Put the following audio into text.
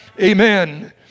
Amen